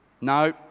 No